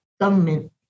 government